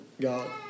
God